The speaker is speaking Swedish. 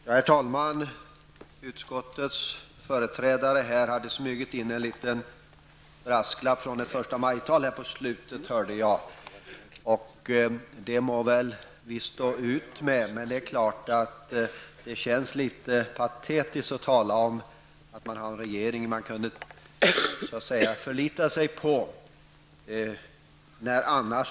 Herr talman! Utskottets företrädare hade smugit in en liten brasklapp från ett förstamajtal här mot slutet, hörde jag. Det må vi väl stå ut med, men det känns litet patetiskt när hon talar om att vi har en regering som man kan förlita sig på.